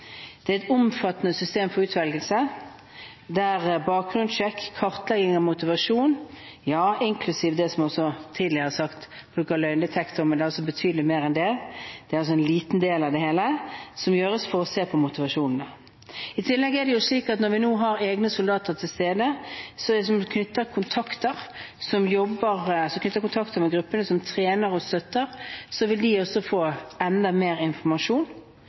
Det er et omfattende system for utvelgelse der bakgrunnssjekk, kartlegging av motivasjon, ja, inklusiv også det som tidligere er sagt, bruk av løgndetektor, men det er betydelig mer enn det. Det er en liten del av det hele som gjøres for å se på motivasjonen. I tillegg er det slik at når vi har egne soldater til stede som knytter kontakter med gruppene som vi trener og støtter, vil de få enda mer informasjon